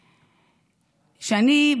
אני,